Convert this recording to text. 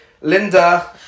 Linda